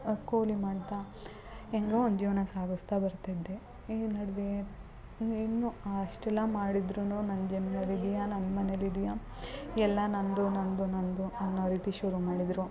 ಕೂಲಿ ಮಾಡ್ತಾ ಹೇಗೋ ಒಂದು ಜೀವನ ಸಾಗಿಸ್ತಾ ಬರ್ತಿದ್ದೆ ಈ ನಡುವೆ ಇನ್ನೂ ಅಷ್ಟೆಲ್ಲ ಮಾಡಿದ್ರೂ ನಮ್ಮ ಜಮಿನಲ್ಲಿದೀಯಾ ನಮ್ಮ ಮನೆಲ್ಲಿದೀಯಾ ಎಲ್ಲ ನನ್ನದು ನನ್ನದು ನನ್ನದು ಅನ್ನೋ ರೀತಿ ಶುರು ಮಾಡಿದರು